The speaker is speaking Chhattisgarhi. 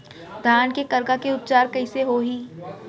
धान के करगा के उपचार कइसे होही?